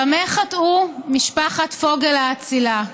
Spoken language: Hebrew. במה חטאה משפחת פוגל האצילה?